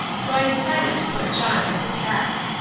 so i decided to put john to the test.